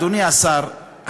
אדוני השר,